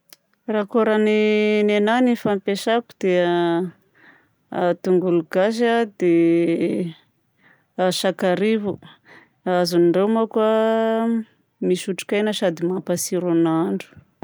Raha kôragny nenah ny fampiasaiko dia a tongolo gasy a, dia a sakaribo. Azony ireo manko a misy otrikaina sady mampatsiro ny nahandro.